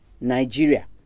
Nigeria